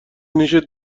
نیشت